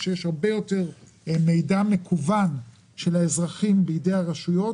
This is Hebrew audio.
כשיש הרבה יותר מידע מקוון של האזרחים בידי הרשויות,